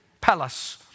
palace